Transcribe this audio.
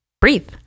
breathe